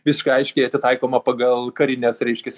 visiškai aiškiai atitaikoma pagal karines reiškias